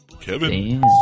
Kevin